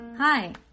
Hi